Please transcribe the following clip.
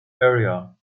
area